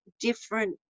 different